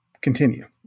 Continue